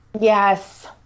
Yes